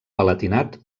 palatinat